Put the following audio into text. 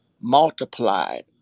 multiplied